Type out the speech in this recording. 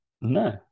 No